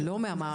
לא מהמערכת.